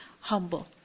humble